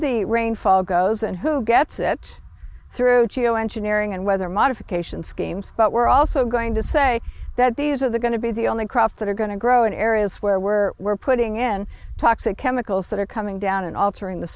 the rainfall goes and who gets it through geoengineering and weather modification schemes but we're also going to say that these are the going to be the only crop that are going to grow in areas where we're we're putting in toxic chemicals that are coming down and alter